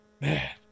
man